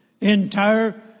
Entire